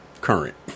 current